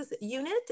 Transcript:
Unit